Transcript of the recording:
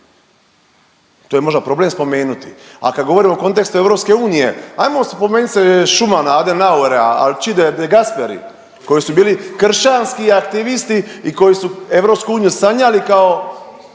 to je možda problem spomenuti, a kad govorimo u kontekstu EU ajmo spomenut se Schumanna, Adenauera, Alcide de Gasperi koji su bili kršćanski aktivisti i koji su EU sanjali kao